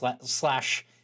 slash